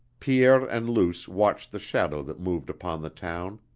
pierre and luce watched the shadow that moved upon the town.